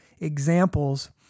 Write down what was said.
examples